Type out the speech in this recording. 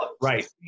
Right